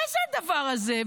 מה זה הדבר הזה?